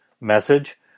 message